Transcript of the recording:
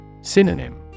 Synonym